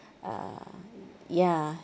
uh ya